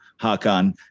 Hakan